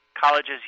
colleges